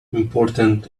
important